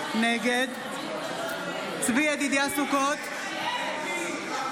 נגד צבי ידידיה סוכות, בעד תתבייש.